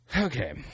Okay